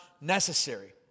necessary